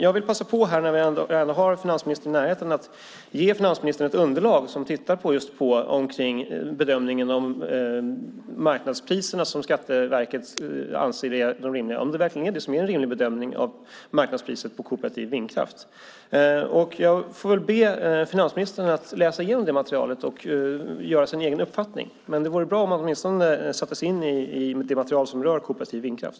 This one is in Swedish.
När vi ändå har finansministern i närheten vill jag passa på att ge honom ett underlag där man tittar just på bedömningen av marknadspriserna som Skatteverket anser är de rimliga och om det verkligen är det som är en rimlig bedömning av marknadspriset på kooperativ vindkraft. Jag ber finansministern att läsa igenom detta material och bilda sig en egen uppfattning. Men det vore bra om han åtminstone satte sig in i det material som rör kooperativ vindkraft.